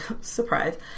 surprise